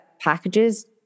packages